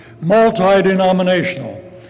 Multi-denominational